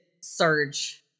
surge